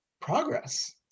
progress